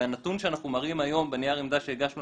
והנתון שאנחנו מראים היום בנייר העמדה שהגשנו